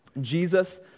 Jesus